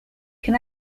can